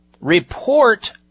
Report